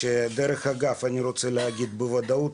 שדרך אגב אני רוצה להגיד בוודאות,